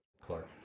Clark